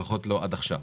לפחות לא עד עכשיו.